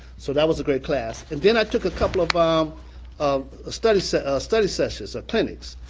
so that was a great class. and then i took a couple of um of study so study sessions or clinics.